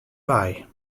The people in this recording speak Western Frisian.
wei